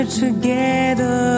together